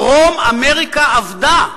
דרום-אמריקה אבדה.